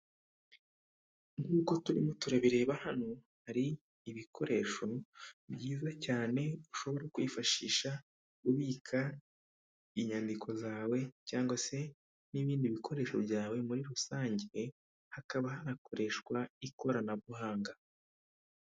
Nkuko turimo turabireba hano hari ibikoresho byiza cyane ushobora kwifashisha ubika inyandiko zawe cyangwa se n'ibindi bikoresho byawe muri rusange, hakaba hanakoreshwa ikoranabuhanga.